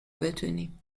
بتونیم